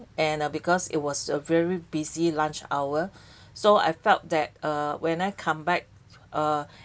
and because it was a very busy lunch hour so I felt that uh when I come back uh